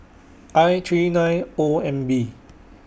I three nine O M B